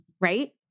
right